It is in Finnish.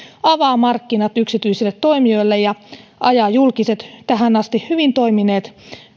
avaa markkinat yksityisille toimijoille ja ajaa julkiset tähän asti hyvin toimineet